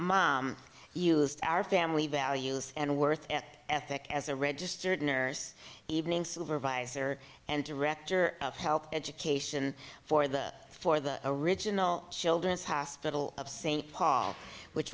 om used our family values and worth ethic as a registered nurse evening supervisor and director of health education for the for the original children's hospital of st paul which